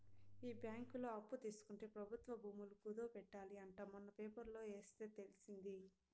ఈ బ్యాంకులో అప్పు తీసుకుంటే ప్రభుత్వ భూములు కుదవ పెట్టాలి అంట మొన్న పేపర్లో ఎస్తే తెలిసింది